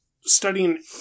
studying